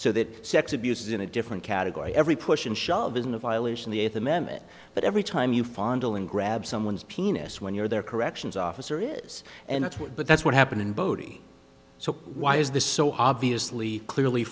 so that sex abuse in a different category every push and shove isn't a violation the eighth amendment but every time you fondling grab someone's penis when you're their corrections officer is and that's what but that's what happened in bodie so why is this so obviously clearly